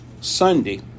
Sunday